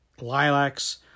lilacs